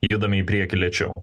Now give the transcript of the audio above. judame į priekį lėčiau